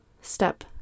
step